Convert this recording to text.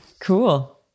cool